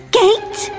gate